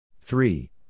three